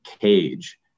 cage